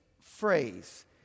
phrase